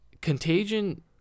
Contagion